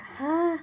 !huh!